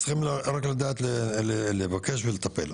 צריך רק לדעת לבקש ולטפל.